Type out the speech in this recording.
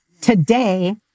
today